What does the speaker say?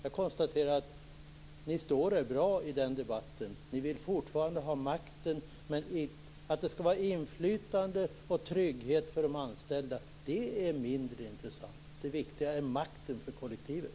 Jag konstaterar att ni står er bra i den debatten. Ni vill fortfarande ha makten. Men att det skall vara inflytande och trygghet för de anställda är mindre intressant. Det viktiga är makten för kollektivet.